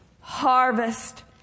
harvest